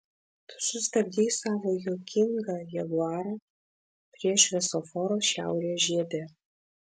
tu sustabdei savo juokingą jaguarą prie šviesoforo šiaurės žiede